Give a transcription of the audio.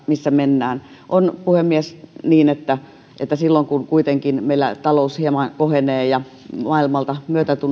missä mennään on puhemies niin että että silloin kun kuitenkin meillä talous hieman kohenee ja maailmalta